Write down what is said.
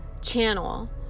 channel